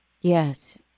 Yes